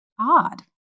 odd